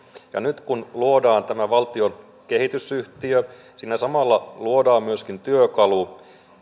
nyt kun luodaan tämä valtion kehitysyhtiö siinä samalla luodaan myöskin työkalu